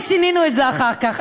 ושינינו את זה אחר כך,